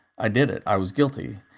i did it i was guilty,